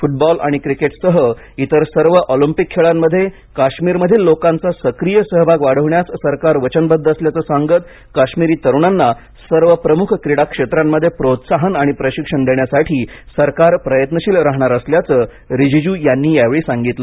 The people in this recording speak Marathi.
फुटबॉल आणि क्रिकेटसह इतर सर्व ऑलिम्पिक खेळांमध्ये काश्मीरमधील लोकांचा सक्रिय सहभाग वाढवणे सरकार वचनबद्ध असल्याचं सांगत कश्मीरी तरुणांना सर्व प्रमुख क्रीडा क्षेत्रांमध्ये प्रोत्साहन आणि प्रशिक्षण देण्यासाठी सरकार प्रयत्नशील राहणार असल्याचं रीजीजू यांनी यावेळी सांगितलं